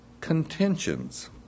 contentions